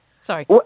Sorry